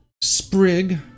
sprig